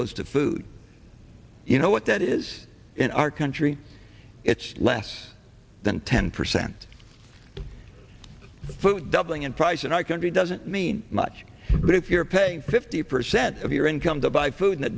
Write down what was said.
goes to food you know what that is in our country it's less than ten percent food doubling in price in our country doesn't mean much but if you're pay fifty percent of your income to buy food